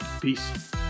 Peace